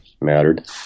mattered